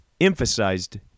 emphasized